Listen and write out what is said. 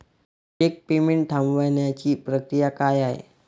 Check payment थांबवण्याची प्रक्रिया काय आहे?